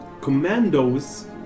Commandos